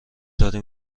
داریم